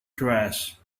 trash